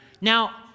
Now